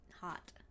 hot